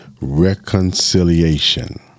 reconciliation